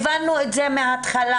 הבנו את זה מהתחלה.